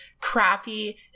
crappy